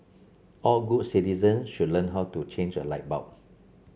all good citizen should learn how to change a light bulb